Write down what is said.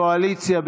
קואליציה,